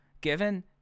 given